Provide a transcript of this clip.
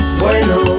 bueno